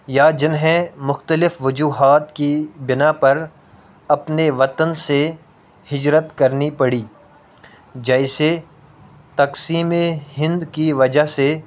یا جنہیں مختلف وجوہات کی بنا پر اپنے وطن سے ہجرت کرنی پڑی جیسے تقسیم ہند کی وجہ سے